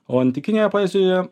o antikinėje poezijoje